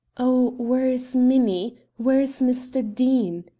oh, where is minnie? where is mr. deane?